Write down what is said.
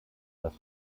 das